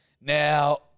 Now